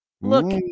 Look